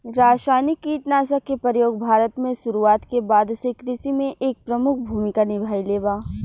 रासायनिक कीटनाशक के प्रयोग भारत में शुरुआत के बाद से कृषि में एक प्रमुख भूमिका निभाइले बा